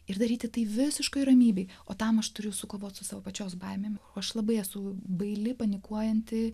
ir daryti tai visiškoje ramybėje o tam aš turiu sukovoti su savo pačios baimėmis o aš labai esu baili panikuojanti